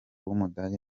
w’umudage